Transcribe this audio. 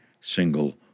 single